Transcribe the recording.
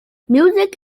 music